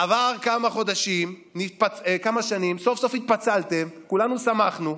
עברו כמה שנים, סוף-סוף התפצלתם, כולנו שמחנו,